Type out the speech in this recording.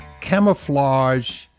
camouflage